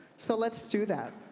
so let's do that.